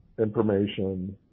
information